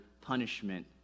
punishment